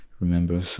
remember